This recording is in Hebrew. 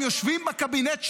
הם יושבים בקבינט שלך.